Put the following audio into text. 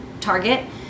target